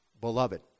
beloved